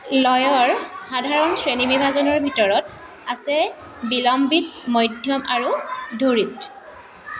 লয়ৰ সাধাৰণ শ্ৰেণীবিভাজনৰ ভিতৰত আছে বিলম্বিত মধ্যম আৰু ধুৰিত